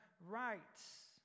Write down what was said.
rights